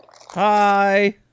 hi